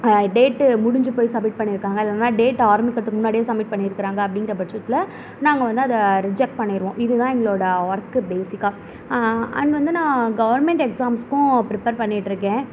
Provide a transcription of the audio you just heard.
date முடிஞ்சு போய் submit பண்ணியிருக்காங்க அது இல்லைலனா டேட்டு அது வந்து ஆரம்மிக்கிறதுக்கு முன்னாடியே சமிட் பண்ணியிருக்காங்க அப்படிங்குற பட்சத்தில் நாங்கள் வந்து அதை ரிஜெட் பண்ணிடுவோம் இது தான் எங்களோடய ஒர்க்கு பேஸிக்காக அண்ட் வந்து நான் கவர்மெண்ட் எக்ஸ்சாம்ஸுக்கும் ப்ரிப்பர் பண்ணிகிட்டு இருக்கேன்